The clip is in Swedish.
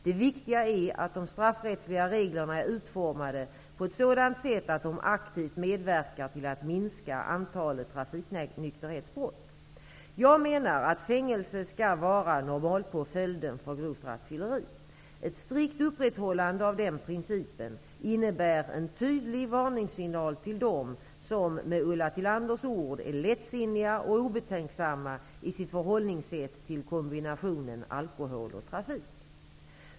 Det viktiga är att de straffrättsliga reglerna är utformade på ett sådant sätt att de aktivt medverkar till att minska antalet trafiknykterhetsbrott. Jag menar att fängelse skall vara normalpåföljden för grovt rattfylleri. Ett strikt upprätthållande av den principen innebär en tydlig varningssignal till dem som, med Ulla Tillanders ord, är lättsinniga och obetänksamma i sitt förhållningssätt till kombinationen alkohol och trafik.